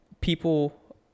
People